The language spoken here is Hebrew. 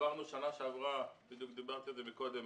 עברנו בשנה שעברה דיברתי על זה קודם